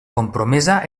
compromesa